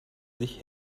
sich